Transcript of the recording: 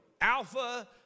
Alpha